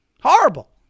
horrible